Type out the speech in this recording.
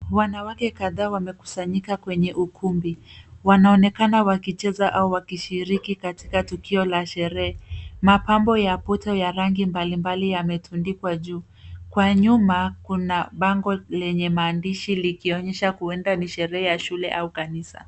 Wanawake kadhaa wamekusanyika kwenye ukumbi. Wanaonekana wakicheza au wakishiriki katika tukio la sherehe. Mapambo ya poto ya rangi mbalimbali yametundikwa juu. Kwa nyuma kuna bango lenye maandishi likionyesha huenda ni sherehe ya shule au kanisa.